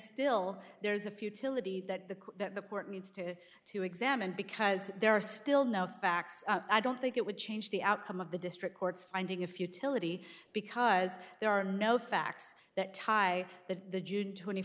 still there's a futility that the court needs to to examine because there are still no facts i don't think it would change the outcome of the district court's finding a futility because there are no facts that tie that the june twenty